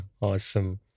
Awesome